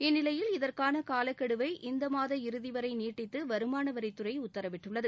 இந்நிலையில் இதற்கான காலக்கெடுவை இந்த மாத இறுதிக்கு நீட்டித்து வருமானவரித்துறை உத்தரவிட்டுள்ளது